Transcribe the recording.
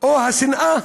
או השנאה